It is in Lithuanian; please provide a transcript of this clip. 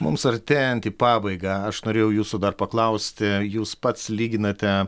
mums artėjant į pabaigą aš norėjau jūsų dar paklausti jūs pats lyginate